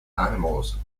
animals